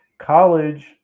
college